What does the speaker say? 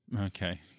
Okay